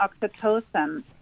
oxytocin